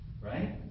Right